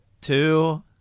Two